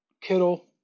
Kittle